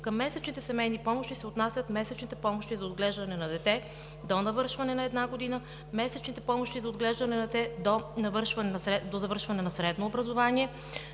Към месечните семейни помощи се отнасят: месечните помощи за отглеждане на дете до навършване на една година; месечните помощи за отглеждане на дете до завършване на средно образование,